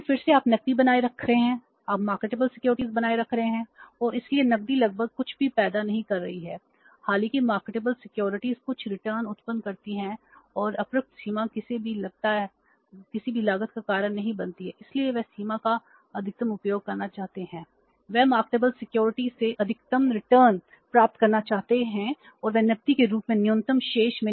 क्योंकि फिर से आप नकदी बनाए रख रहे हैं आप मार्केटेबल सिक्योरिटीज रखना चाहेंगे